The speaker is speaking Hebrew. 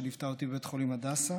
שליוותה אותי בבית החולים הדסה,